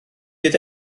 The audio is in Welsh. ydy